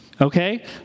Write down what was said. okay